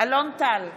אלון טל,